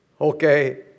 Okay